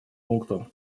пункту